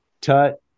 Tut